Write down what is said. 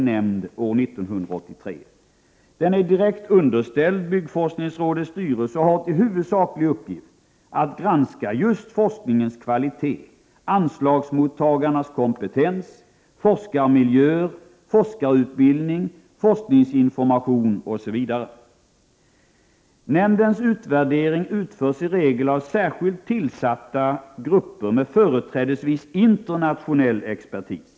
Nämnden är direkt underställd byggforskningsrådets styrelse och har till huvudsaklig uppgift att granska just forskningens kvalitet, anslagsmottagarnas kompetens, forskarmiljöer, forskarutbildning, forskningsinformation osv. Nämndens utvärdering utförs i regel av särskilt tillsatta grupper med företrädesvis internationell expertis.